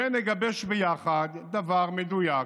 ונגבש ביחד דבר מדויק